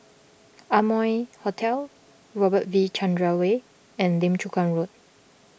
Amoy Hotel Robert V Chandran Way and Lim Chu Kang Road